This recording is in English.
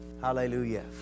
Hallelujah